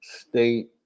state